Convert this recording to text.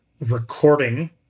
recording